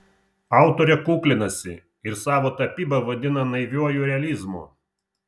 autorė kuklinasi ir savo tapybą vadina naiviuoju realizmu